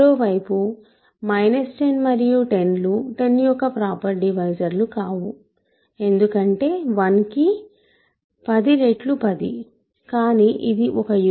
మరోవైపు 10 మరియు 10లు 10 యొక్క ప్రాపర్ డివైజర్లు కావు ఎందుకంటే 1కి 10 రెట్లు 10 కానీ ఇది ఒక యూనిట్